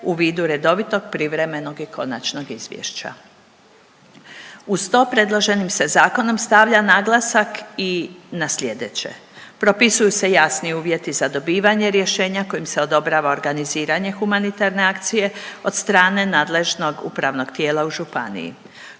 u vidu redovitog, privremenog i konačnog izvješća. Uz to predloženim se zakonom stavlja naglasak i na slijedeće. Propisuju se jasni uvjeti za dobivanje rješenja kojim se odobrava organiziranje humanitarne akcije od strane nadležnog upravnog tijela u županiji.